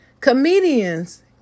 Comedians